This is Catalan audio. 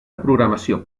programació